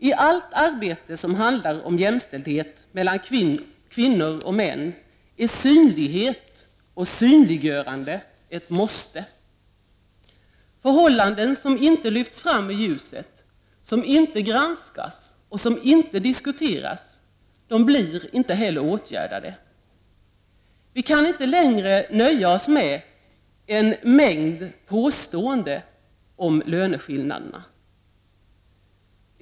I allt arbete som rör jämställdhet mellan kvinnor och män är synlighet och synliggörande ett måste. Förhållanden som inte lyfts fram i ljuset, som inte granskas och som inte diskuteras blir inte heller åtgärdade. Vi kan inte längre nöja oss med en mängd påståenden om löneskillnaderna.